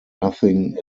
nothing